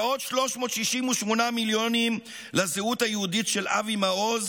ועוד 368 מיליונים לזהות היהודית של אבי מעוז